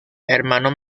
hermano